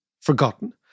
forgotten